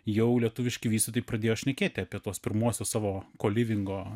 jau lietuviški vystytojai tai pradėjo šnekėti apie tuos pirmuosius savo kolivingo